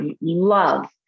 love